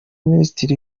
minisitiri